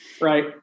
right